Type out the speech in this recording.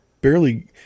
barely